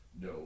No